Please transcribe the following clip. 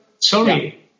Sorry